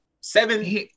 seven